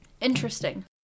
interesting